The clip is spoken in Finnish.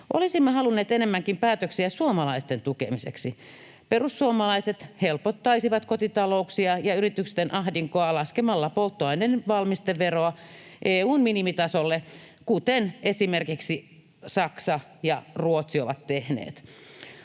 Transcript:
Olisimme halunneet enemmänkin päätöksiä suomalaisten tukemiseksi. Perussuomalaiset helpottaisivat kotitalouksia ja yritysten ahdinkoa laskemalla polttoaineiden valmisteveroa EU:n minimitasolle, kuten esimerkiksi Saksa ja Ruotsi ovat tehneet.